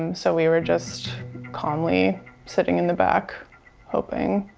and so, we were just calmly sitting in the back hoping